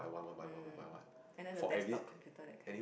um and then the desktop computer that kind